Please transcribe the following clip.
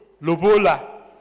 lobola